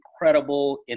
incredible